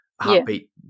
heartbeat